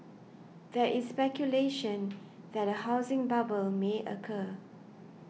there is speculation that a housing bubble may occur